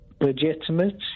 legitimate